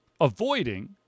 avoiding